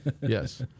Yes